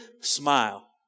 Smile